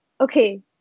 Okay